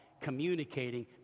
communicating